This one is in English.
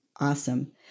Awesome